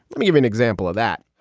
let me give an example of that.